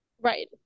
Right